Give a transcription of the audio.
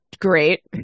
great